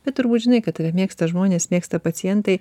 bet turbūt žinai kad tave mėgsta žmonės mėgsta pacientai